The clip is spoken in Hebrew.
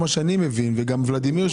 ממה שאני מבין וגם ולדימיר,